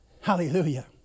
Hallelujah